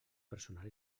personal